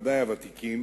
בוודאי הוותיקים